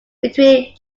between